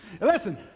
Listen